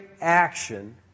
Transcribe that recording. action